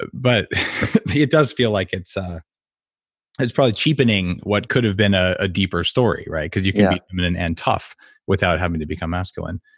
but it does feel like it's ah it's probably cheapening what could've been a ah deeper story, right? because you can be feminine and tough without having to become masculine.